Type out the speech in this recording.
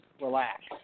relax